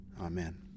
Amen